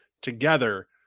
together